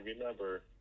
remember